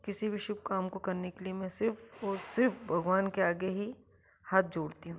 किसी भी शुभ काम को करने के लिए मैं सिर्फ और सिर्फ भगवान के आगे ही हाथ जोड़ती हूँ